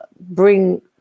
bring